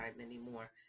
anymore